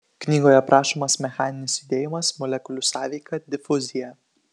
knygoje aprašomas mechaninis judėjimas molekulių sąveika difuzija